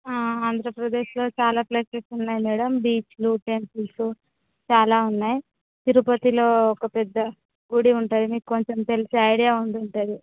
ఆంధ్రప్రదేశ్లో చాలా ప్లేసెస్ ఉన్నాయి మ్యాడమ్ బీచ్లు టెంపుల్స్ చాలా ఉన్నాయి తిరుపతిలో ఒక పెద్ద గుడి ఉంటుంది అది మీకు కొంచెం తెలిసే ఐడియా ఉండి ఉంటుంది